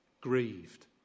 grieved